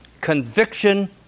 conviction